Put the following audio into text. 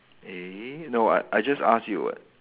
eh no [what] I just asked you [what]